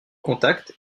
contact